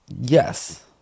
yes